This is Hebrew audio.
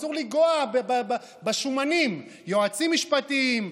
אסור לנגוע בשומנים: יועצים משפטיים,